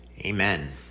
Amen